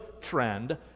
trend